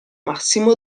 massimo